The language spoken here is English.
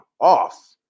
off